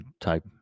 type